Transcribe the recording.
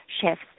chefs